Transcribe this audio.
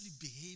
behave